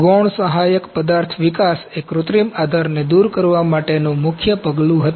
ગૌણ સહાયક પદાર્થ વિકાસ એ કૃત્રિમ આધારને દૂર કરવા માટેનું મુખ્ય પગલું હતું